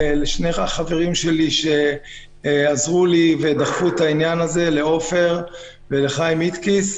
ולשני החברים שלי שעזרו ודחפו את העניין הזה: לעופר ולחיים איטקיס.